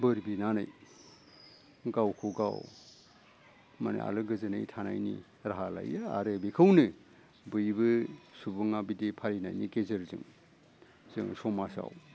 बोर बिनानै गावखौ गाव मानो आलो गोजोनै थानायनि राहा लायो आरो बिखौनो बोयबो सुबुंआ बिदि फारिनायनि गेजेरजों जों समाजाव